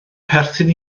perthyn